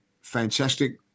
Fantastic